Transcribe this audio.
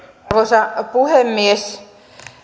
arvoisa puhemies